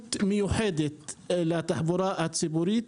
חשיבות מיוחדת לתחבורה הציבורית,